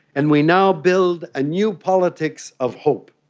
and we now build a new politics of hope.